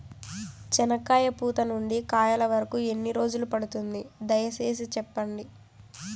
చెనక్కాయ పూత నుండి కాయల వరకు ఎన్ని రోజులు పడుతుంది? దయ సేసి చెప్పండి?